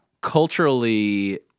Culturally